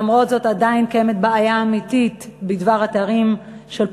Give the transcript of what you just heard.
ולמרות זאת עדיין קיימת בעיה אמיתית בדבר התואר פרופסור.